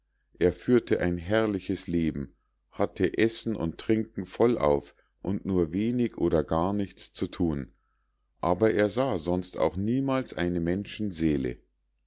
er führte ein herrliches leben hatte essen und trinken vollauf und nur wenig oder gar nichts zu thun aber er sah sonst auch niemals eine menschenseele